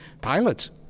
pilots